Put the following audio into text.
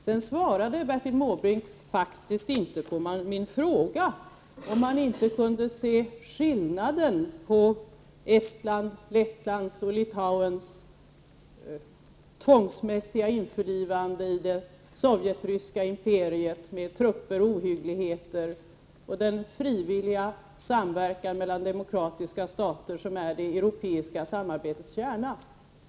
Bertil Måbrink svarade faktiskt inte på min fråga om han inte kunde se någon skillnad mellan Estlands, Lettlands och Litauens tvångsmässiga införlivande i det sovjetryska imperiet — med hjälp av trupper och med åtföljande ohyggligheter — och den frivilliga samverkan mellan demokratiska bal stater som är det europeiska samarbetets kärna.